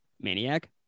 Maniac